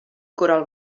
coral